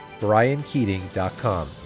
briankeating.com